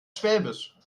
schwäbisch